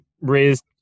raised